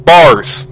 Bars